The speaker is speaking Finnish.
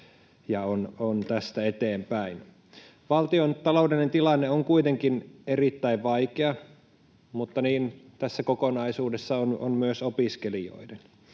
ja on tästä eteenpäin. Valtion taloudellinen tilanne on kuitenkin erittäin vaikea, mutta niin tässä kokonaisuudessa on myös opiskelijoiden.